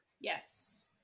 Yes